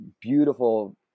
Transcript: beautiful